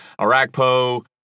Arakpo